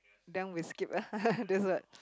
then we skip ah this word